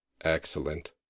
Excellent